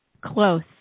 Close